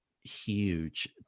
huge